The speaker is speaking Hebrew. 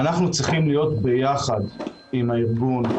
אנחנו צריכים להיות ביחד עם הארגון,